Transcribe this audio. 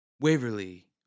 Waverly